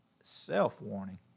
self-warning